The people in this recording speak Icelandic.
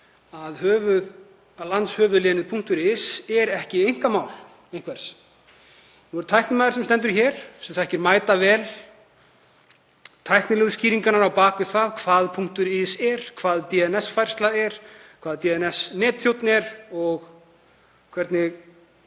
að landshöfuðlénið .is er ekki einkamál einhvers. Nú er tæknimaður sem stendur hér sem þekkir mætavel tæknilegu skýringarnar á bak við það hvað .is er, hvað DNS-færsla er, hvað DNS-netþjónn er og hvernig